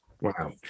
Wow